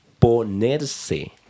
ponerse